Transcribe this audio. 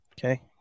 Okay